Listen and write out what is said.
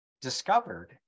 discovered